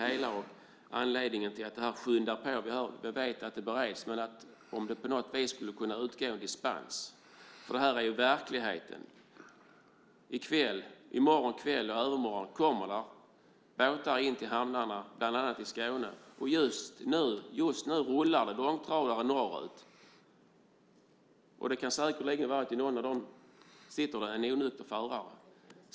Vi vet att det skyndas på och bereds. Frågan är om det på något sätt skulle kunna utgå en dispens. Detta är verkligheten. I kväll och i morgon kväll kommer det båtar in till hamnarna bland annat i Skåne. Just nu rullar det långtradare norrut. Det kan säkerligen vara så att i någon av dem sitter en onykter förare.